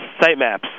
Sitemaps